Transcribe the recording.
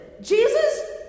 Jesus